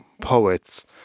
poets